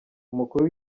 umukuru